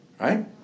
right